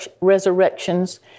resurrections